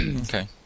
Okay